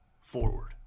forward